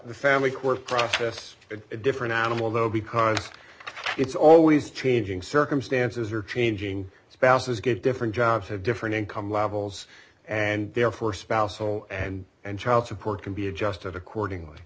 the family court process it's a different animal though because it's always changing circumstances or changing spouses get different jobs have different income levels and therefore spousal and and child support can be adjusted accordingly